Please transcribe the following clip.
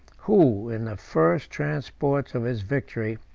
who, in the first transports of his victory,